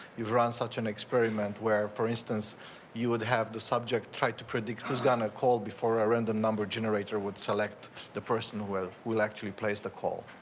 you've run such an experiment where for instance you would have the subject try to predict who's gonna call before a random number generator would select the person who will who will actually place the call.